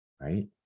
right